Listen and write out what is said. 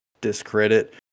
discredit